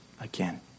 again